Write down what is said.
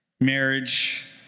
marriage